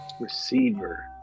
Receiver